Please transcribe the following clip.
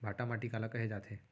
भांटा माटी काला कहे जाथे?